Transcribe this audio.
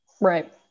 right